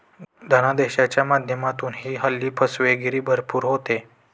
धनादेशाच्या माध्यमातूनही हल्ली फसवेगिरी भरपूर होते